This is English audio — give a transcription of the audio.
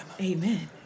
Amen